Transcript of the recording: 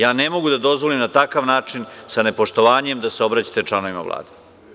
Ja ne mogu da dozvolim na takav način, sa nepoštovanjem, da se obraćate članovima Vlade.